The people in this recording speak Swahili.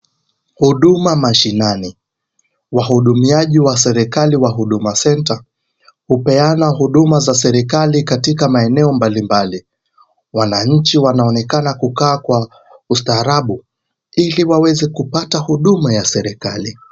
Huduma mashinani, wahudumuaji wa serekali wa Huduma Centre, hupeana huduma za serekali katika maeneo mbali mbali, wana nchi wanaonekana kukaa kwa, ustaarabu, ili waweze kupata huduma ya serekali.